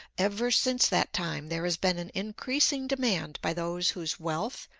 ever since that time there has been an increasing demand by those whose wealth,